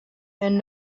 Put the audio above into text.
and